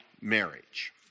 marriage